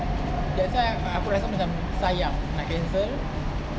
that why aku rasa macam sayang nak cancel